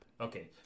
Okay